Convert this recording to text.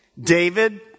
David